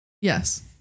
Yes